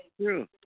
true